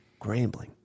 grambling